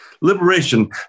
Liberation